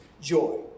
joy